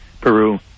Peru